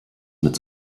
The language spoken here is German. mit